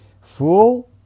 Fool